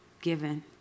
given